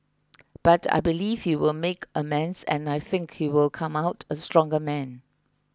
but I believe he will make amends and I think he will come out a stronger man